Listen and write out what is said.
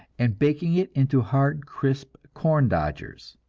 and baking it into hard, crisp corn dodgers.